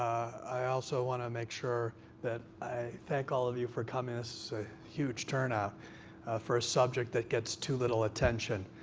i also want to make sure that i thank all of you for coming so huge turnout for a subject that gets too little attention.